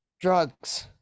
drugs